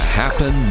happen